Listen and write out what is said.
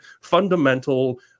fundamental